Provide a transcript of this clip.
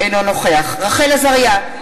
אינו נוכח רחל עזריה,